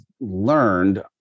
learned